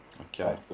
Okay